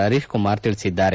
ಪರೀಶ್ ಕುಮಾರ ತಿಳಿಸಿದ್ದಾರೆ